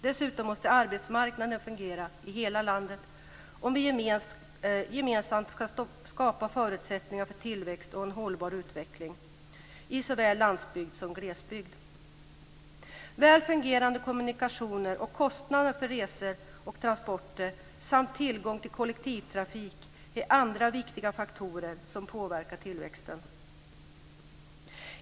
Dessutom måste arbetsmarknaden fungera i hela landet om vi gemensamt ska kunna skapa förutsättningar för tillväxt och en hållbar utveckling på såväl landsbygd som i glesbygd. Väl fungerande kommunikationer, rimliga kostnader för resor och transporter samt tillgång till kollektivtrafik är andra viktiga faktorer som påvekar tillväxten.